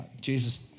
Jesus